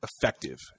effective